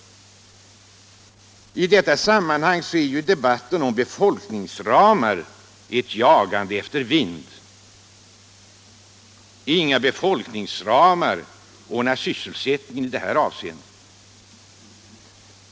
I detta sammanhang är ju debatten om befolkningsramar ett jagande efter vind. Inga befolkningsramar ordnar sysselsättning på det här området.